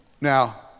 Now